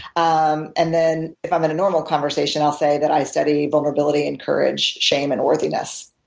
um and then if i'm in a normal conversation, i'll say that i study vulnerability and courage, shame and worthiness.